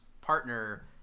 partner